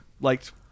liked